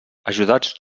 ajudats